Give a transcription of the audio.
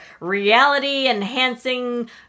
reality-enhancing